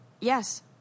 Yes